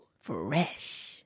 fresh